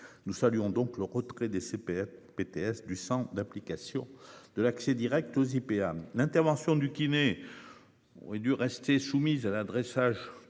Nous saluons donc le retrait des. BTS du centre d'application de l'accès Direct aux IPA l'intervention du kiné. Auraient dû rester soumis à l'adressage